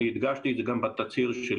אני הדגשתי את זה גם בתצהיר שלי